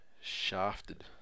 shafted